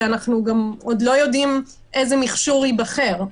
כשאנחנו עוד לא יודעים איזה מכשור ייבחר.